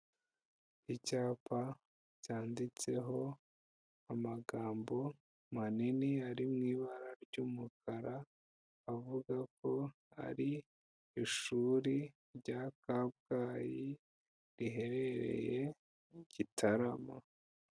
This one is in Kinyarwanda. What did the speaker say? Icyapa cyanditseho amagambo manini ari mu ibara ry'umukara, avuga ko ari ishuri rya Kabgayi riherereye Igitarama.